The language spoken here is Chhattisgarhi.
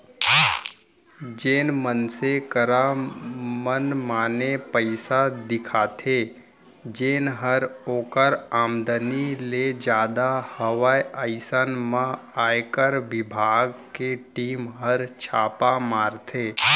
जेन मनसे करा मनमाने पइसा दिखथे जेनहर ओकर आमदनी ले जादा हवय अइसन म आयकर बिभाग के टीम हर छापा मारथे